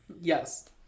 Yes